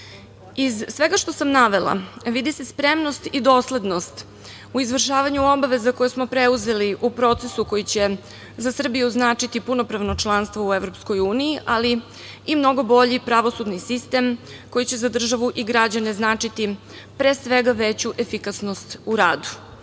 svega što sam navela vidi se spremnost i doslednost u izvršavanju obaveza koje smo preuzeli u procesu koji će za Srbiju značiti punopravno članstvo u EU, ali i mnogo bolji pravosudni sistem koji će za državu i građane značiti veću efikasnost u radu.